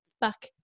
fuck